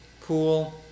Pool